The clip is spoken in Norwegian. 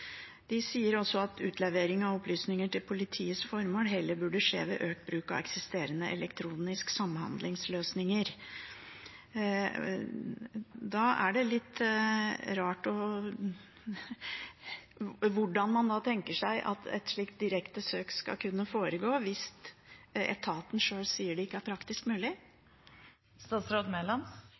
De sier også at utlevering av opplysninger til politiets formål heller burde skje ved økt bruk av eksisterende elektroniske samhandlingsløsninger. Da er det litt rart hvordan man tenker seg at et slikt direkte søk skal kunne foregå, hvis etaten sjøl sier det ikke er praktisk